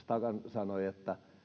sanoi